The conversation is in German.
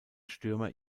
stürmer